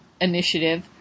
initiative